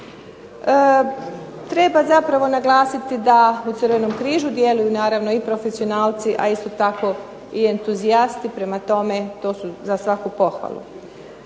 Treba zapravo naglasiti da u Crvenom križu djeluju profesionalci a isto tako i entuzijasti prema tome to su za svaku pohvalu.